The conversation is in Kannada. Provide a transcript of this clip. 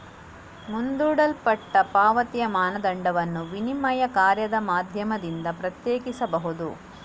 ಮುಂದೂಡಲ್ಪಟ್ಟ ಪಾವತಿಯ ಮಾನದಂಡವನ್ನು ವಿನಿಮಯ ಕಾರ್ಯದ ಮಾಧ್ಯಮದಿಂದ ಪ್ರತ್ಯೇಕಿಸಬಹುದು